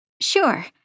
Sure